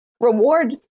reward